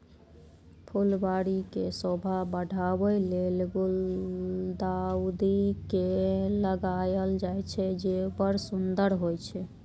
फुलबाड़ी के शोभा बढ़ाबै लेल गुलदाउदी के लगायल जाइ छै, जे बड़ सुंदर होइ छै